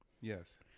Yes